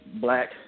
black